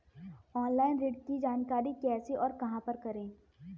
Online ऋण की जानकारी कैसे और कहां पर करें?